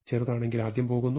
ചെറുതാണെങ്കിൽ ആദ്യം പോകുന്നു